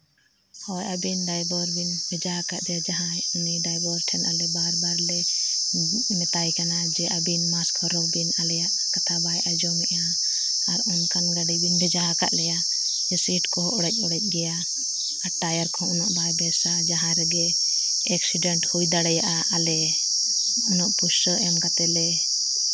ᱦᱳᱭ ᱟᱹᱵᱤᱱ ᱰᱟᱭᱵᱷᱟᱨ ᱵᱮᱱ ᱵᱷᱮᱡᱟ ᱠᱟᱫᱮᱭᱟ ᱡᱟᱦᱟᱸᱭ ᱩᱱᱤ ᱰᱟᱭᱵᱷᱟᱨ ᱴᱷᱮᱱ ᱟᱞᱮ ᱵᱟᱨ ᱵᱟᱨ ᱞᱮ ᱢᱮᱛᱟᱭ ᱠᱟᱱᱟ ᱟᱹᱵᱤᱱ ᱢᱟᱥᱠ ᱦᱚᱨᱚᱜᱽ ᱵᱤᱱ ᱟᱞᱮᱭᱟᱜ ᱠᱟᱛᱷᱟ ᱵᱟᱭ ᱟᱡᱚᱢᱮᱫᱼᱟ ᱟᱨ ᱚᱱᱠᱟᱱ ᱜᱟᱹᱰᱤ ᱵᱤᱱ ᱵᱷᱮᱡᱟ ᱠᱟᱫ ᱞᱮᱭᱟ ᱥᱤᱴ ᱠᱚᱦᱚᱸ ᱚᱲᱮᱡ ᱚᱲᱮᱡ ᱜᱮᱭᱟ ᱟᱨ ᱴᱟᱭᱟᱨ ᱠᱚᱦᱚᱸ ᱵᱟᱭ ᱵᱮᱥᱟ ᱡᱟᱦᱟᱸ ᱨᱮᱜᱮ ᱮᱹᱠᱥᱤᱰᱮᱱᱴ ᱦᱩᱭ ᱫᱟᱲᱮᱭᱟᱜᱼᱟ ᱟᱞᱮ ᱩᱱᱟᱹᱜ ᱯᱩᱭᱥᱟᱹ ᱮᱢ ᱠᱟᱛᱮ ᱞᱮ